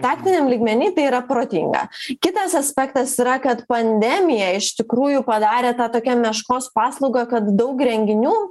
taktiniam lygmeny tai yra protinga kitas aspektas yra kad pandemija iš tikrųjų padarė tą tokią meškos paslaugą kad daug renginių